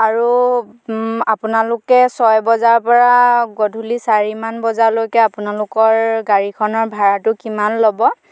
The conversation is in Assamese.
আৰু আপোনালোকে ছয় বজাৰ পৰা গধূলি চাৰিমান বজালৈকে আপোনালোকৰ গাড়ীখনৰ ভাড়াটো কিমান ল'ব